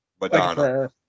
Madonna